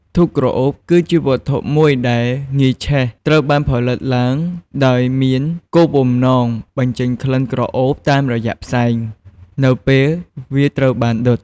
ធូបក្រអូប គឺជាវត្ថុមួយដែលងាយឆេះ ត្រូវបានផលិតឡើងដោយមានគោលបំណងបញ្ចេញក្លិនក្រអូបតាមរយៈផ្សែង នៅពេលវាត្រូវបានដុត។"